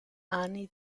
anni